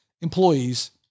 employees